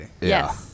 Yes